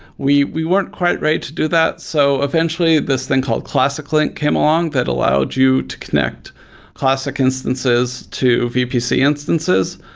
we we weren't quite ready to do that. so, eventually, this thing called classiclink came along that allowed you to connect classic instances to vpc instances.